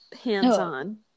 hands-on